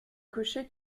cocher